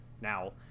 now